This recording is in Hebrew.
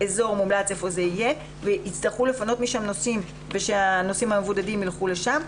היכן הוא יהיה ויצטרכו לפנות נוסעים כדי שהנוסעים המבודדים יהיו שם.